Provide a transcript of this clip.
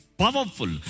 powerful